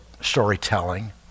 storytelling